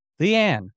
Leanne